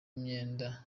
imyenda